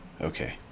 Okay